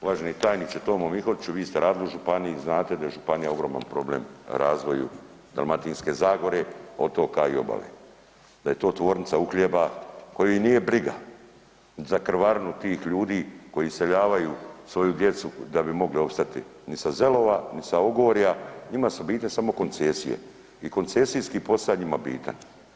Uvaženi tajniče, Tomo Mihotiću, vi ste radili u županiji, znate da je županija ogroman problem razvoju Dalmatinske zagore, otoka i obale, da je to tvornica uhljeba, koje nije briga za krvarinu tih ljudi koji iseljavaju svoju djecu da bi mogli opstati ni sa Zelova ni sa Ogorja, njima su bitne samo koncesije i koncesijski posao je njima bitan.